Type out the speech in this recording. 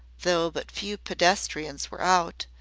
though but few pedestrians were out,